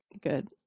good